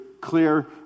clear